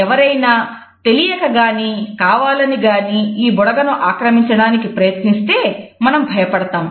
ఎవరైనా తెలియక గాని కావాలని గానీ ఈ బుడగ ను ఆక్రమించడానికి ప్రయత్నిస్తే మనం భయపడతాం